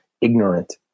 ignorant